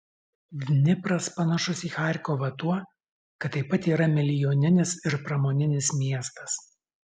dnipras panašus į charkovą tuo kad taip pat yra milijoninis ir pramoninis miestas